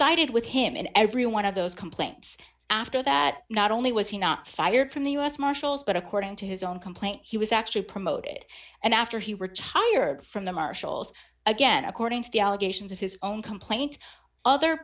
sided with him in every one of those complaints after that not only was he not fired from the u s marshals but according to his own complaint he was actually promoted and after he retired from the marshals again according to the allegations of his own complaint other